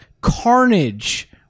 carnage